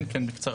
כן, כן, בקצרה.